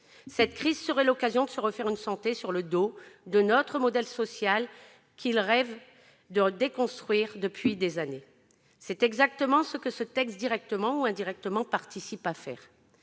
Cette crise serait l'occasion de se refaire une santé sur le dos de notre modèle social, que certains rêvent de déconstruire depuis des années. C'est exactement ce que ce texte, directement ou indirectement, participe à faire.